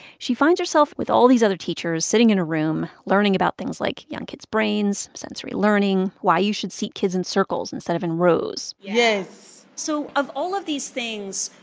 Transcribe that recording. she finds herself with all these other teachers sitting in a room learning about things like young kids' brains, sensory learning, why you should seat kids in circles instead of in rows yes so of all of these things,